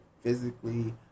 physically